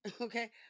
Okay